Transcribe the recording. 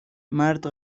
مرد